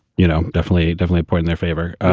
you know, definitely, definitely point in their favor.